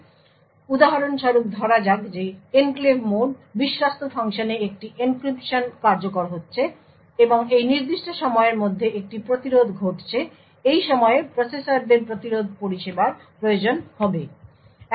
সুতরাং উদাহরণ স্বরূপ ধরা যাক যে এনক্লেভ মোড বিশ্বস্ত ফাংশনে একটি এনক্রিপশন কার্যকর হচ্ছে এবং এই নির্দিষ্ট সময়ের মধ্যে একটি প্রতিরোধ ঘটছে এই সময়ে প্রসেসরদের প্রতিরোধ পরিষেবার প্রয়োজন হবে